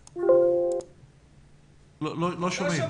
רגע, נוודא ש הקול לא